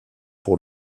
pour